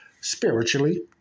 spiritually